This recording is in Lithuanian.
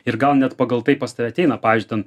ir gal net pagal tai pas tave ateina pavyzdžiui ten